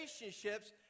relationships